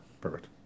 Perfect